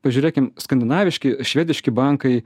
pažiūrėkim skandinaviški švediški bankai